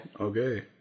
okay